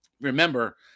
Remember